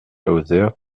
laouzert